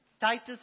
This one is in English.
Titus